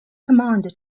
commander